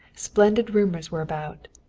splendid rumors were about.